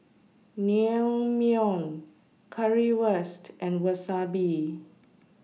Naengmyeon Currywurst and Wasabi